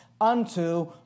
unto